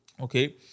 Okay